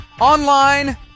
online